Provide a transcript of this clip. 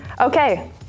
Okay